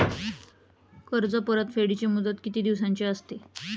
कर्ज परतफेडीची मुदत किती दिवसांची असते?